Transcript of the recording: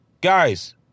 guys